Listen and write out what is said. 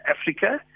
Africa